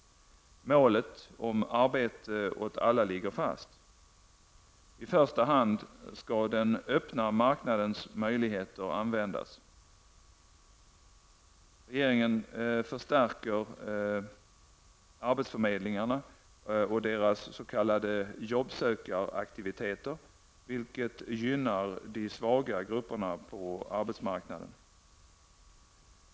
Målet om arbete åt alla ligger fast. I första hand skall den öppna marknadens möjligheter användas. Regeringen förstärker arbetsförmedlingarna och deras s.k. jobbsökaraktiviteter, vilket gynnar de svaga grupperna på arbetsmarknaden.